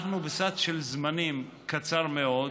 אנחנו בסד זמנים קצר מאוד.